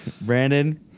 Brandon